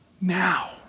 now